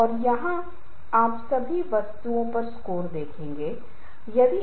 तो बेशक किसी भी स्थिति में संचार बहुत महत्वपूर्ण भूमिका निभा रहा है